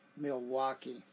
Milwaukee